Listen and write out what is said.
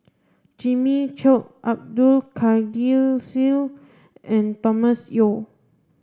Jimmy Chok Abdul Kadir Syed and Thomas Yeo